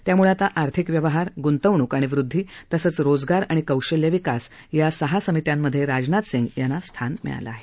त्यामुळे आता आर्थिक व्यवहार गृंतवणूक आणि वृदधी तसंच रोजगार आणि कौशल्य विकास या सहा समित्यांमधे राजनाथ सिंग यांना स्थान मिळालं आहे